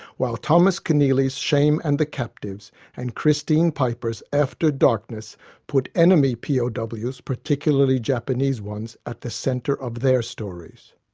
while thomas keneally's shame and the captives and christine piper's after darkness put enemy pows, ah and but particularly japanese ones, at the centre of their stories.